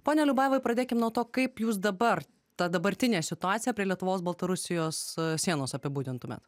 pone liubajevai pradėkim nuo to kaip jūs dabar tą dabartinę situaciją prie lietuvos baltarusijos sienos apibūdintumėt